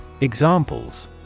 Examples